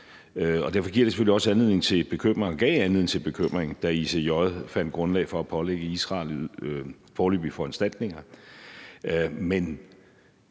anledning til bekymring og gav anledning til bekymring, da ICJ fandt grundlag for at pålægge Israel foreløbige foranstaltninger.